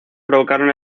provocaron